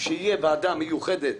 שתהיה ועדה מיוחדת,